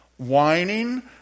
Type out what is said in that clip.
whining